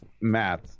math